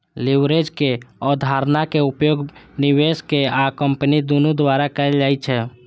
लीवरेजक अवधारणाक उपयोग निवेशक आ कंपनी दुनू द्वारा कैल जाइ छै